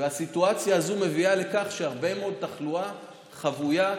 והסיטואציה הזאת מביאה לכך שהרבה מאוד תחלואה חבויה,